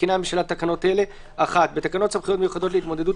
מתקינה הממשלה תקנות אלה: 1. בתקנות סמכויות מיוחדות להתמודדות